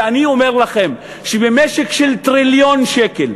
ואני אומר לכם שבמשק של טריליון שקל,